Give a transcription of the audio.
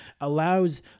allows